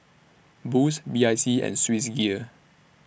Boost B I C and Swissgear